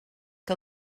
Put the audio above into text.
que